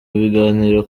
biganiro